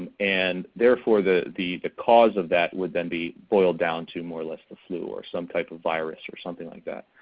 and therefore the the cause of that would then be boiled down to more or less the flu or some type of virus or something like that.